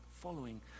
following